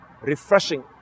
refreshing